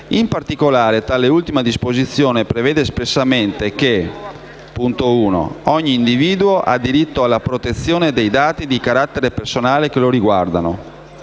In particolare l'articolo 8 prevede espressamente che: «Ogni individuo ha diritto alla protezione dei dati di carattere personale che lo riguardano.